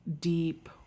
deep